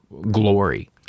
glory